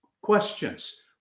questions